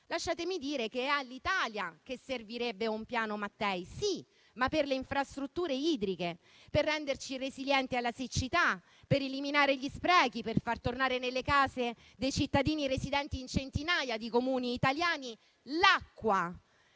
lasciatemi dire che è all'Italia che servirebbe un Piano Mattei, sì, ma per le infrastrutture idriche, per renderci resilienti alla siccità, per eliminare gli sprechi, per far tornare l'acqua nelle case dei cittadini residenti in centinaia di Comuni italiani,